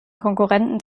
konkurrenten